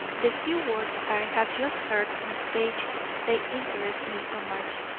the few words i have just heard miss page say interest me so much,